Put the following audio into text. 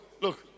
look